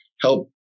help